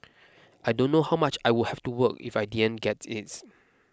I don't know how much I would have to work if I didn't get it